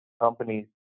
companies